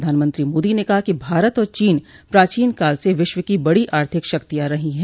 प्रधानमंत्री मोदी ने कहा कि भारत और चीन प्राचीन काल से विश्व की बड़ी आर्थिक शक्तियां रही हैं